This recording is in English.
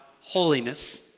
holiness